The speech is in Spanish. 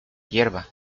hierba